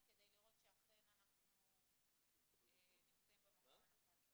כדי לראות שאכן אנחנו נמצאים במקום הנכון.